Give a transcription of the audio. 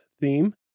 theme